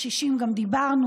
על קשישים דיברנו,